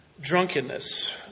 drunkenness